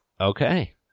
Okay